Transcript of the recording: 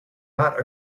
not